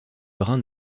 brun